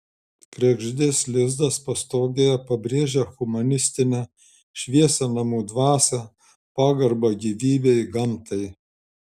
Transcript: kregždės lizdas pastogėje pabrėžia humanistinę šviesią namų dvasią pagarbą gyvybei gamtai